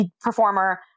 performer